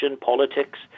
politics